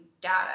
data